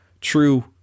true –